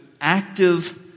active